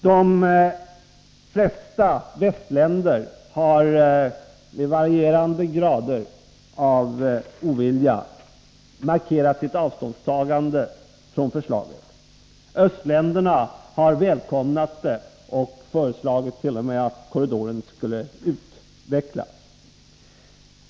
De flesta västländer har med varierande grader av ovilja markerat sitt avståndstagande från förslaget. Östländerna har välkomnat det och tt.o.m. föreslagit att korridoren skulle utvecklas.